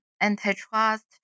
antitrust